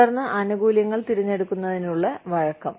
തുടർന്ന് ആനുകൂല്യങ്ങൾ തിരഞ്ഞെടുക്കുന്നതിനുള്ള വഴക്കം